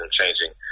changing